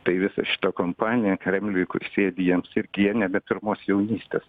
tai visa šita kompanija kremliuj kur sėdi jiems irgi jie nebe pirmos jaunystės